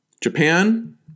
Japan